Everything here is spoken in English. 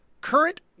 current